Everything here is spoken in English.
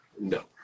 no